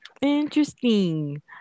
interesting